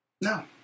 No